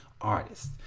artist